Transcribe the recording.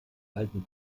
alten